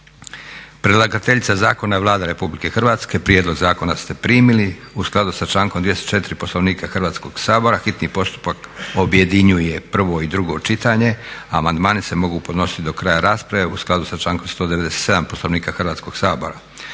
Predlagateljica zakona je Vlada Republike Hrvatske. Prijedlog zakona ste primili. U skladu sa člankom 204. Poslovnika Hrvatskog sabora hitni postupak objedinjuje prvo i drugo čitanje. Amandmani se mogu podnositi do kraja rasprave u skladu sa člankom 197. Poslovnika Hrvatskog sabora.